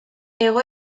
hego